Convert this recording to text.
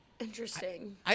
Interesting